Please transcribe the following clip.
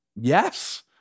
Yes